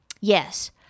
yes